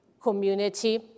community